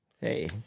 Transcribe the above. Hey